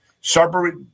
sharper